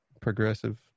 progressive